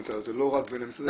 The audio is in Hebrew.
זה לא רק בין המשרדים.